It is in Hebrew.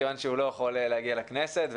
כיוון שהוא לא יכול להגיע לכנסת.